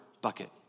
bucket